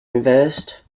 reversed